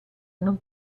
non